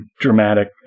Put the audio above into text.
dramatic